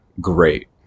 great